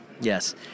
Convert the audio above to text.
Yes